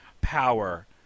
power